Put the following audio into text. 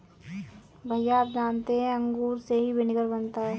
भैया आप जानते हैं अंगूर से ही विनेगर बनता है